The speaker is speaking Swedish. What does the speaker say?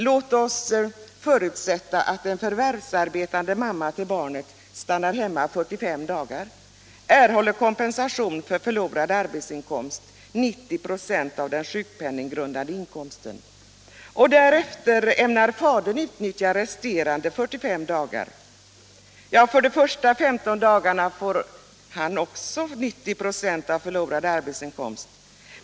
Låt oss förutsätta att en förvärvsarbetande mamma stannar hemma 45 dagar och erhåller kompensation för förlorad arbetsinkomst med 90 96 av den sjukpenninggrundande inkomsten och att fadern därefter ämnar utnyttja resterande 45 dagar. För de första 15 dagarna får också han 90 96 av förlorad arbetsinkomst.